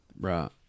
Right